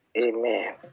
amen